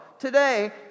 Today